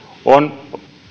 on